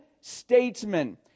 statesman